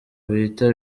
bita